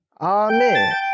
Amen